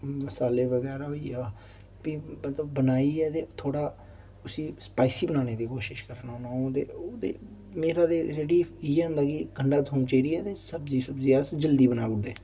मसाले बगैरा होइया फ्ही मतलब बनाइयै ते थोह्ड़ा उसी स्पाइसी बनाने दी कोशश करना होना ते उ'दें मेरा ते जेह्ड़ी इ'यै होंदा कि गंड्डा थोम चीरियै ते सब्ज़ी सुब्जी अस जल्दी बनाऊ दे